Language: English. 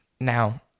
Now